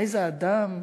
איזה אדם,